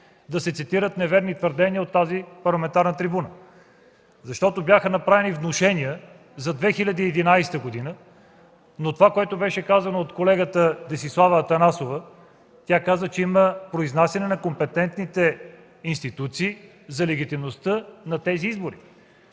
да се цитират неверни твърдения от тази парламентарна трибуна. Бяха направени внушения за 2011 г., но колегата Десислава Атанасова каза, че има произнасяне на компетентните институции за легитимността на тези избори.